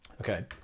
okay